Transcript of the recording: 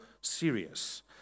serious